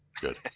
Good